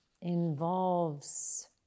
involves